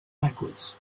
backwards